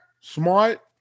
Smart